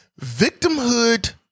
victimhood